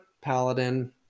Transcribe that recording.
Paladin